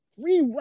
Three